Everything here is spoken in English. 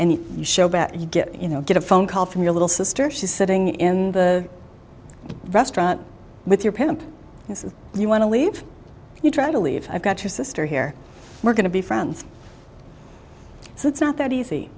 anything shoebat you get you know get a phone call from your little sister she's sitting in the restaurant with your pimp and you want to leave you try to leave i've got your sister here we're going to be friends so it's not that easy